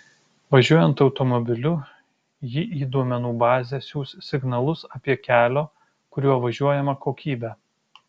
važiuojant automobiliu ji į duomenų bazę siųs signalus apie kelio kuriuo važiuojama kokybę